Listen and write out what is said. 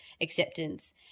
acceptance